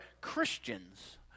Christians